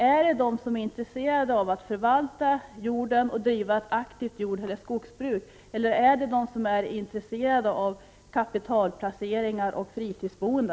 Är det de som är intresserade av att förvalta jorden och driva ett aktivt jordeller skogsbruk eller är det de som är intresserade av kapitalplaceringar och fritidsboende?